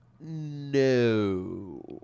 No